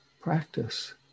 practice